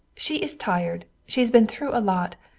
she is tired. she's been through a lot.